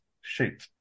Shoot